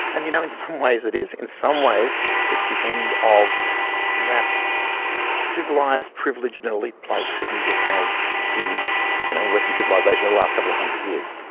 and you know, in some ways it is in some ways it's the end of that civilised privileged and elite place that music has in you know in western civilisation in the last couple of hundred years.